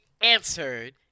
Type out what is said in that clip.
answered